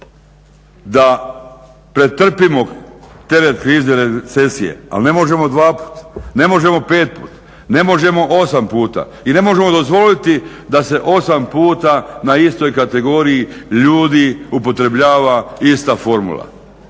da pretrpimo teret krize i recesije ali ne možemo dva puta ne možemo pet puta, ne možemo osam puta i ne možemo dozvoliti da se osam puta na istoj kategoriji ljudi upotrebljava ista formula.